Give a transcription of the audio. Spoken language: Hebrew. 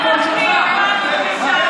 לך תשב במקום שלך.